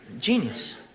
Genius